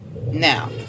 Now